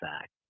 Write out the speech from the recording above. fact